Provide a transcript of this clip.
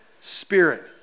spirit